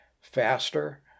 faster